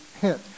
hit